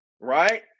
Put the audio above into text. right